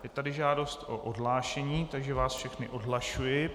Je tady žádost o odhlášení, takže vás všechny odhlašuji.